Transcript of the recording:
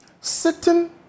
Sitting